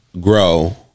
Grow